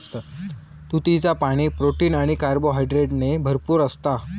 तुतीचा पाणी, प्रोटीन आणि कार्बोहायड्रेटने भरपूर असता